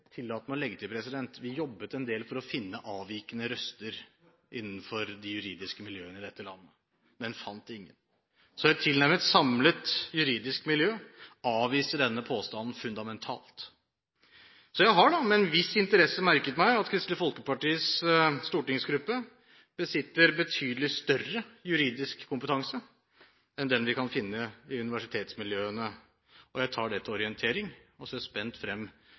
tillater meg å legge til at vi jobbet en del med å finne avvikende røster innenfor de juridiske miljøene i dette landet, men vi fant ingen, så et tilnærmet samlet juridisk miljø avviste denne påstanden fundamentalt. Jeg har nå med en viss interesse merket meg at Kristelig Folkepartis stortingsgruppe besitter betydelig større juridisk kompetanse enn den vi kan finne i universitetsmiljøene. Jeg tar det til orientering og ser spent frem